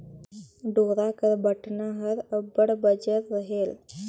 डोरा कर बटना हर अब्बड़ बंजर रहेल